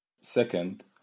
Second